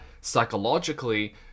psychologically